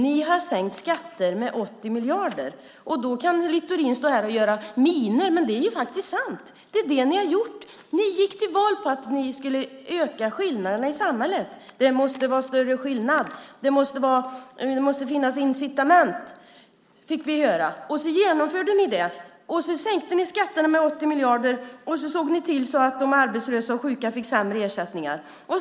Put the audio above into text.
De har sänkt skatterna med 80 miljarder. Littorin kan stå och göra miner, men det är faktiskt sant. Det är vad regeringen gjort. Man gick till val på att öka skillnaderna i samhället. Vi fick höra att det måste vara större skillnad, att det måste finnas incitament. Och så sänkte man skatterna med 80 miljarder och såg till att de arbetslösa och sjuka fick sämre ersättning.